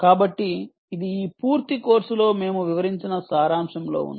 కాబట్టి ఇది ఈ పూర్తి కోర్సులో మేము వివరించిన సారాంశంలో ఉంది